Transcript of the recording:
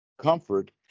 comfort